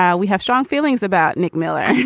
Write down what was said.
yeah we have strong feelings about nick miller i mean,